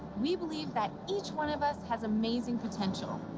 we believe that each one of us has amazing potential.